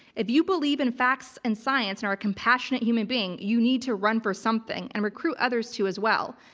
if you believe in facts and science and are a compassionate human being, you need to run for something and recruit others to as well.